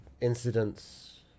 incidents